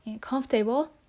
comfortable